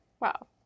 Wow